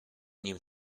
nim